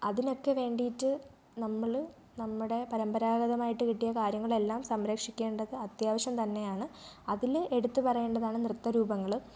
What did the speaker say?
അതിനൊക്കെ വേണ്ടിയിട്ട് നമ്മൾ നമ്മുടെ പാരമ്പരാഗതമായിട്ട് കിട്ടിയ കാര്യങ്ങളെല്ലാം സംരക്ഷിക്കേണ്ടത് അത്യാവശ്യം തന്നെയാണ് അതിൽ എടുത്തു പറയേണ്ടതാണ് നൃത്ത രൂപങ്ങൾ